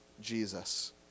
Jesus